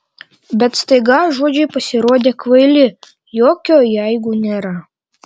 bet staiga žodžiai pasirodė kvaili jokio jeigu nėra